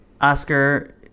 oscar